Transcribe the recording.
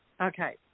Okay